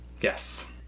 Yes